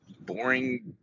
boring